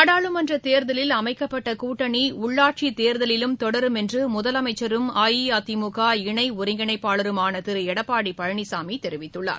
நாடாளுமன்ற தேர்தலில் அமைக்கப்பட்ட கூட்டணி உள்ளாட்சித் தேர்தலிலும் தொடரும் என்று முதலமைச்சரும் அஇஅதிமுக இணை ஒருங்கிணைப்பாளருமான திரு எடப்பாடி பழனிசாமி தெரிவித்துள்ளார்